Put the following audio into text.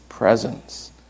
Presence